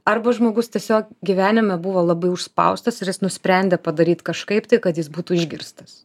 arba žmogus tiesiog gyvenime buvo labai užspaustas ir jis nusprendė padaryt kažkaip tai kad jis būtų išgirstas